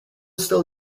still